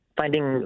finding